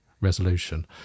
resolution